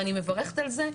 ואני מברכת על זה,